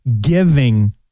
giving